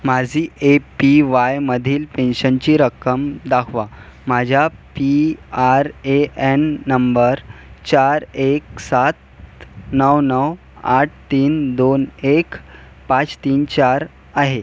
माझी A P वायमधील पेन्शनची रक्कम दाखवा माझा P R A N number चार एक सात नऊ नऊ आठ तीन दोन एक पाच तीन चार आहे